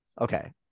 Okay